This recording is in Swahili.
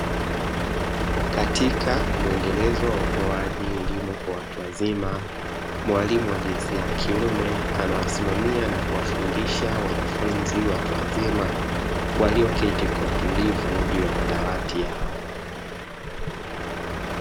Katika muedelezo wa utoaji elimu kwa watu wazima, mwalimu wa jinsia ya kiume anawasimamia na kuwafundisha wanafunzi watu wazima, walioketi kwa utuivu juu ya madawati yao.